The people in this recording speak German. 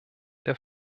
der